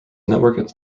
network